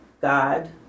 God